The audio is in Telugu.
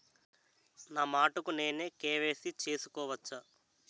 నా మటుకు నేనే కే.వై.సీ చేసుకోవచ్చా?